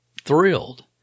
thrilled